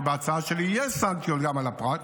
ובהצעה שלי יש סנקציות גם על הפרט,